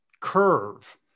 curve